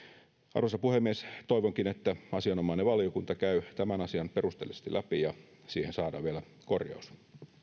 arvoisa puhemies toivonkin että asianomainen valiokunta käy tämän asian perusteellisesti läpi ja siihen saadaan vielä korjaus